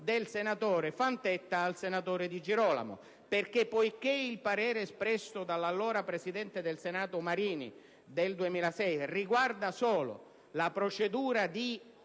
del signor Fantetti al senatore Di Girolamo. Ciò in quanto il parere espresso dall'allora presidente del Senato Marini nel 2006 riguarda solo la procedura di